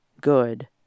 good